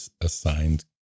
assigned